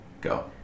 go